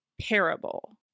parable